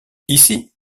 ici